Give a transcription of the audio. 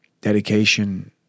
dedication